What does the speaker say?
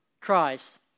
Christ